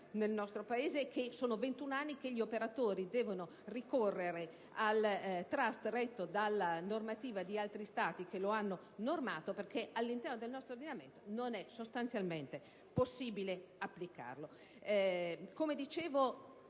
nel nostro Paese e che gli operatori devono ricorrere all'istituto del *trust* retto dalla normativa di altri Stati che lo hanno normato, perché all'interno del nostro ordinamento non è sostanzialmente possibile applicarlo.